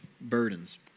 burdens